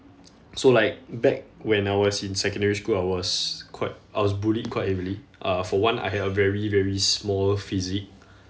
so like back when I was in secondary school I was quite I was bullied quite heavily uh for one I had a very very small physique